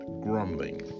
grumbling